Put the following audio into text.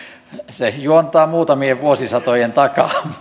se juontaa muutamien vuosisatojen takaa